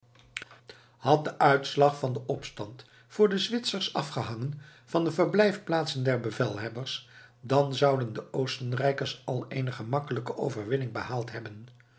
had de uitslag van den opstand voor de zwitsers afgehangen van de verblijfplaatsen der bevelhebbers dan zouden de oostenrijkers al eene gemakkelijke overwinning behaald hebben